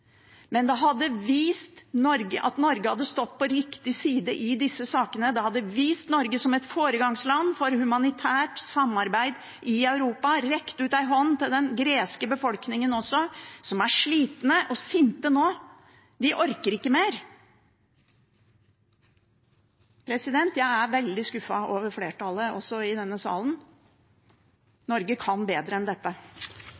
hadde vist at Norge hadde stått på riktig side i disse sakene. Det hadde vist Norge som et foregangsland for humanitært samarbeid i Europa – rekt ut en hånd til den greske befolkningen også, som er slitne og sinte nå. De orker ikke mer. Jeg er veldig skuffet over flertallet i denne